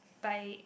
by